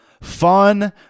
Fun